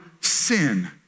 sin